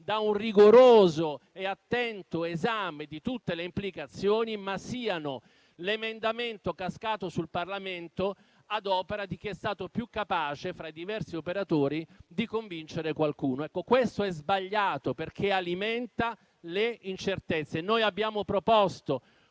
da un rigoroso e attento esame di tutte le implicazioni, ma siano l'emendamento cascato sul Parlamento ad opera di chi è stato più capace, fra i diversi operatori, di convincere qualcuno. Questo è sbagliato perché alimenta le incertezze. Noi abbiamo presentato